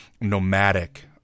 nomadic